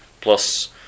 Plus